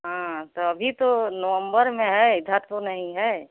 हाँ अभी तो नवम्बर में है इधर तो नहीं है